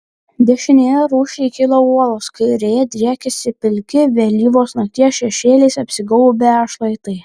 dešinėje rūsčiai kilo uolos kairėje driekėsi pilki vėlyvos nakties šešėliais apsigaubę šlaitai